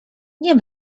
nie